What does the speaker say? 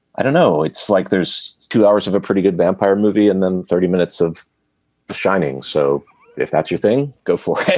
i don't know it's like there's two hours of a pretty good vampire movie and then thirty minutes of shining so if that's your thing go for it